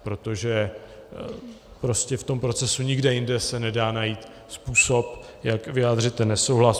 Protože prostě v tom procesu nikde jinde se nedá najít způsob, jak vyjádřit nesouhlas.